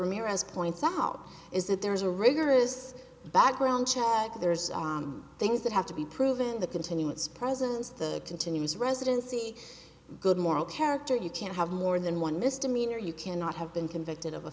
ramirez points out is that there is a rigorous background check there's things that have to be proven the continuous presence the continuous residency good moral character you can't have more than one misdemeanor you cannot have been convicted of a